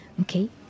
Okay